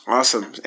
Awesome